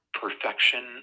perfection